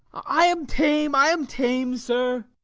i am tame, i am tame, sir.